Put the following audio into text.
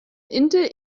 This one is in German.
intel